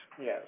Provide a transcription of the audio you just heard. Yes